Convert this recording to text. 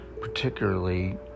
particularly